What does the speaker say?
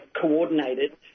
coordinated